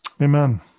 amen